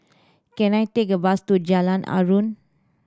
can I take a bus to Jalan Aruan